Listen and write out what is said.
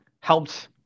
helped